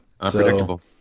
unpredictable